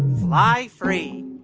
fly free.